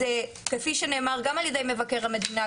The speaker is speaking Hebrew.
כפי שנאמר גם על ידי מבקר המדינה,